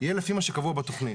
יהיה לפי מה שקבוע בתוכנית.